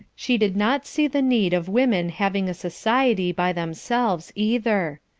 she did not see the need of women having a society by themselves either.